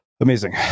Amazing